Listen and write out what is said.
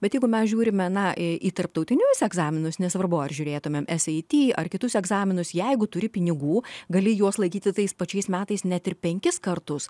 bet jeigu mes žiūrime na į tarptautinius egzaminus nesvarbu ar žiūrėtumėme ar kitus egzaminus jeigu turi pinigų gali juos laikyti tais pačiais metais net penkis kartus